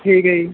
ਠੀਕ ਹੈ ਜੀ